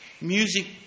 Music